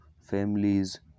families